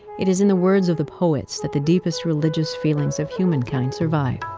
it is in the words of the poets that the deepest religious feelings of humankind survive.